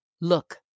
Look